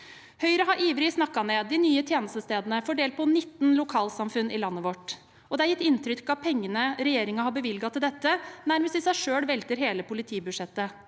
Høyre har ivrig snakket ned de nye tjenestestedene fordelt på 19 lokalsamfunn i landet vårt, og det er gitt inntrykk av at pengene regjeringen har bevilget til dette, nærmest i seg selv velter hele politibudsjettet.